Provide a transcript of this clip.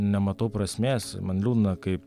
nematau prasmės man liūdna kaip